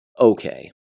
Okay